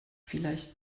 vielleicht